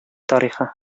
тарихы